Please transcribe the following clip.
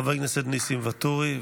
חבר הכנסת ניסים ואטורי.